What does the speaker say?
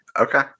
Okay